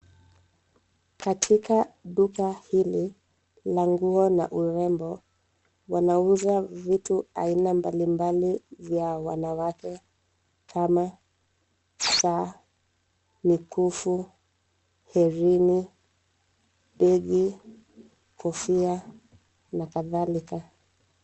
Katika duka hili la nguo na urembo wanauza vitu aina mbali mbali vya wanawake kama: saa, mikufu, herini, begi, kofia na kadhalika.